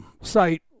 site